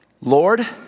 Lord